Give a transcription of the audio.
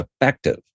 effective